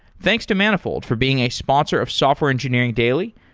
thanks to manifold for being a sponsor of software engineering daily,